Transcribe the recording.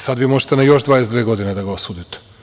Sada vi možete na još 22 godine da ga osudite.